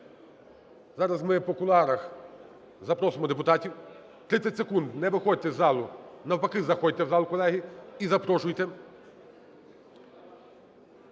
зараз ми в кулуарах запросимо депутатів, 30 секунд не виходьте з залу, навпаки, заходьте в зал, колеги, і запрошуйте.